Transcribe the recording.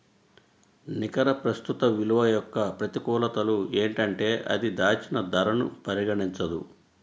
నికర ప్రస్తుత విలువ యొక్క ప్రతికూలతలు ఏంటంటే అది దాచిన ధరను పరిగణించదు